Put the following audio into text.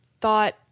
thought